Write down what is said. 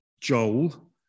Joel